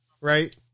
right